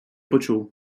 почув